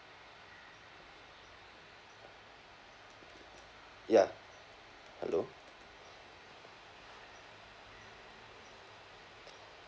ya hello